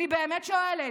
אני באמת שואלת.